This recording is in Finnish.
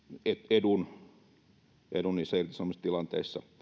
edun niissä irtisanomistilanteissa